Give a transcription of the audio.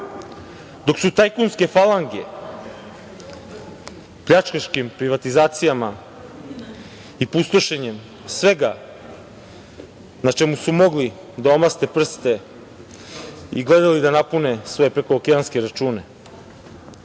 dok su tajkunske falange pljačkaškim privatizacijama i pustošenjem svega na čemu su mogli da omaste prste i gledali da napune svoje prekookeanske